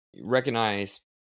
recognize